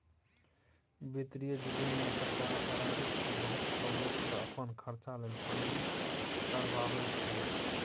बित्तीय जुलुम मे सरकार प्राइबेट सँ बहुत कम रेट पर अपन खरचा लेल फंडिंग करबाबै छै